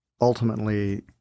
ultimately